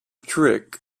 trick